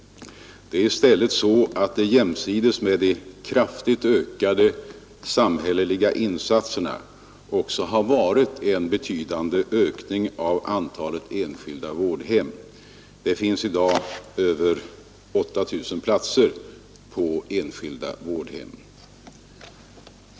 Det är i stället så att det jämsides med de kraftigt ökade samhällsinsatserna också har varit en betydande ökning av antalet enskilda vårdhem. Det finns i dag över 8 000 platser på enskilda vårdhem.